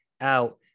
out